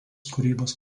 kūrybos